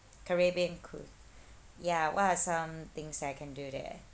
caribbean cruise ya what are some things that I can do there